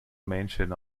mention